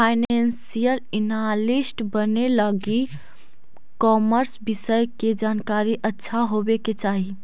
financial analyst बने लगी commerce विषय के जानकारी अच्छा होवे के चाही